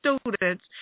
students